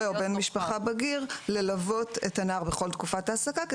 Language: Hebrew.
או בן משפחה בגיר ללוות את הנער בכל תקופת העסקה".